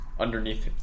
underneath